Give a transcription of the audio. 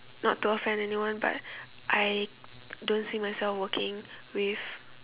not to offend anyone but I don't see myself working with